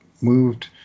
moved